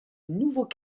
nouveaux